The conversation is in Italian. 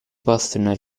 possono